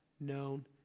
known